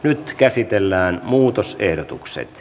nyt käsitellään muutosehdotukset